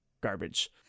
garbage